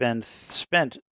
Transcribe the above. spent